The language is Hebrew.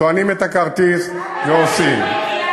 טוענים את הכרטיס ונוסעים.